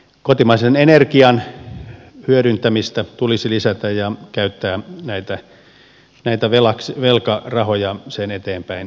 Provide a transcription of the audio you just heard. kotimaisen energian hyödyntämistä tulisi lisätä ja käyttää näitä velkarahoja sen eteenpäinviemisiin